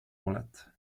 wallet